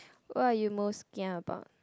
what are you most kia about